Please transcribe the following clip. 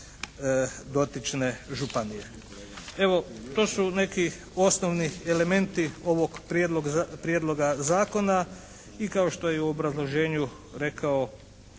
dotične županije. Evo to su neki osnovni elementi ovog Prijedloga zakona i kao što je u obrazloženju rekao